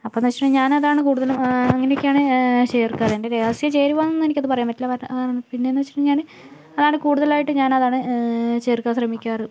അപ്പോൾ എന്ന് വെച്ചിട്ടുണ്ടെങ്കിൽ ഞാൻ അതാണ് കൂടുതലും അങ്ങനെയൊക്കെയാണ് ചേർക്കാറ് എന്റെ രഹസ്യ ചേരുവാന്ന് എനിക്ക് അത് പറയാൻ പറ്റില്ല പിന്നേയെന്ന് വെച്ചിട്ടുണ്ടെങ്കിൽ ഞാന് അതാണ് കൂടുതലായിട്ട് ഞാൻ അതാണ് ചേർക്കാൻ ശ്രമിക്കാറ്